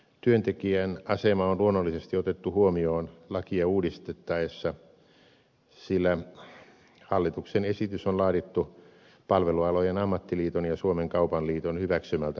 työntekijän asema on luonnollisesti otettu huomioon lakia uudistettaessa sillä hallituksen esitys on laadittu palvelualojen ammattiliiton ja suomen kaupan liiton hyväksymältä pohjalta